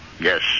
Yes